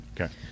Okay